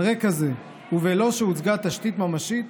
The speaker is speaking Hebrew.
על רקע זה, ובלא שהוצגה תשתית ממשית,